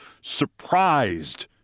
surprised